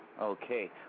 Okay